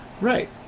Right